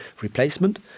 replacement